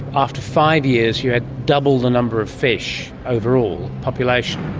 after five years you had double the number of fish overall, population.